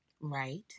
Right